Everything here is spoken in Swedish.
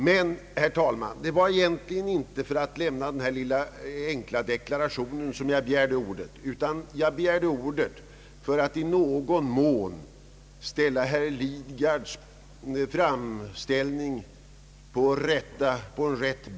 Men, herr talman, jag begärde inte ordet för att avge denna enkla deklaration utan för att i någon mån ge ett riktigt perspektiv åt herr Lidgards framställning.